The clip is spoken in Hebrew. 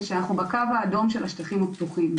זה שאנחנו בקו האדום של השטחים הפתוחים,